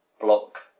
Block